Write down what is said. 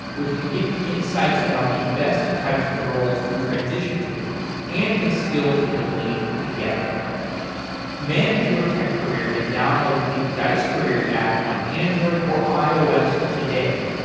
which can you insights about the best types of roles to transition to and the skills that you'll need to get there manage your tech career and download the dice careers app on android or ios today.